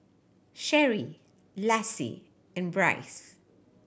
Cherie Lassie and Brice